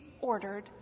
ordered